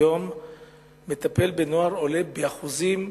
היום מטפל בנוער עולה באחוזים,